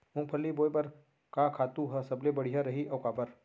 मूंगफली बोए बर का खातू ह सबले बढ़िया रही, अऊ काबर?